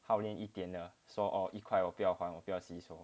haolian 一点的说哦一块我不要还我不要洗手